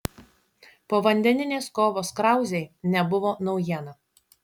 povandeninės kovos krauzei nebuvo naujiena